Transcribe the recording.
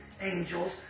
angels